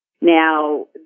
Now